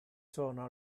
sono